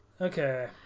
Okay